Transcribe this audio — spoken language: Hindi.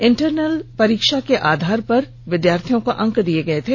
इंटरनल परीक्षा के आधार पर विद्यार्थियों को अंक दिए गए थे